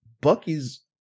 Bucky's